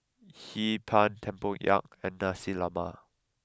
Hee Pan Tempoyak and Nasi Lemak